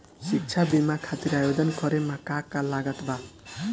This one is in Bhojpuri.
शिक्षा बीमा खातिर आवेदन करे म का का लागत बा?